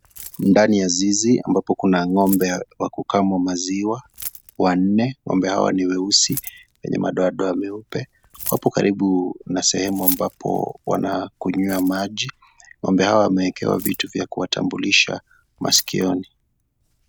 Ndani ya zizi ambapo kuna ng'ombe wa kukamwa maziwa wanne, ng'ombe hawa ni weusi wenye madoadoa meupe, wapo karibu na sehemu ambapo wanakunywia maji, ng'ombe hawa wameekewa vitu vya kuwatambulisha maskioni.